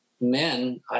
men